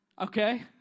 Okay